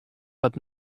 but